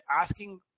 asking